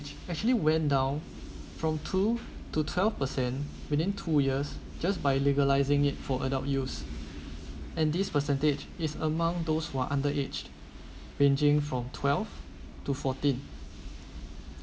I actually went down from two to twelve percent within two years just by legalizing it for adult use and this percentage is among those who are under aged ranging from twelve to fourteen